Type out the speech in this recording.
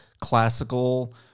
classical